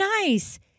nice